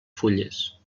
fulles